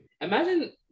Imagine